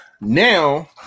now